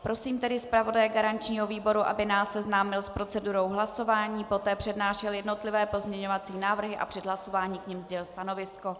Prosím tedy zpravodaje garančního výboru, aby nás seznámil s procedurou hlasování, poté přednášel jednotlivé pozměňovací návrhy a před hlasováním k nim sdělil stanovisko.